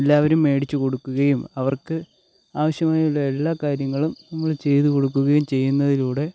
എല്ലാവരും മേടിച്ച് കൊടുക്കുകയും അവർക്ക് ആവിശ്യമായുള്ള എല്ലാ കാര്യങ്ങളും നമ്മൾ ചെയ്ത് കൊടുക്കുകയും ചെയ്യുന്നതിലൂടെ